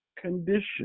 condition